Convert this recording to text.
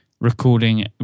recording